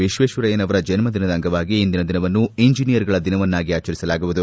ವಿಶ್ವೇಶ್ವರಯ್ಯನವರ ಜನ್ಮದಿನದ ಅಂಗವಾಗಿ ಇಂದಿನ ದಿನವನ್ನು ಇಂಜಿನಿಯರ್ಗಳ ದಿನವನ್ನಾಗಿ ಆಚರಿಸಲಾಗುವುದು